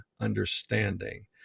understanding